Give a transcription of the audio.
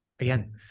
Again